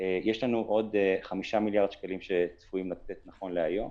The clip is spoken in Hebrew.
יש לנו עוד 5 מיליארד שקלים שצפויים לצאת נכון להיום,